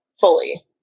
fully